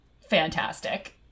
fantastic